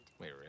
Wait